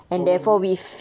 probably